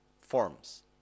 forms